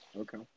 Okay